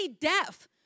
deaf